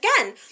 again